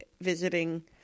visiting